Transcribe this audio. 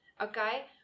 Okay